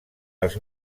als